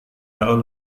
jauh